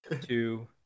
two